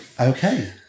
Okay